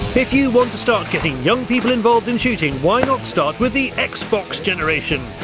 if you want to start getting young people involved in shooting, why not start with the xbox generation?